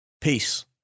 Peace